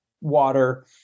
water